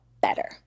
better